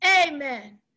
Amen